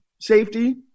safety